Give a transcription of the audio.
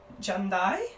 Jandai